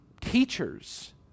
teachers